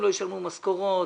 הם לא ישלמו משכורות,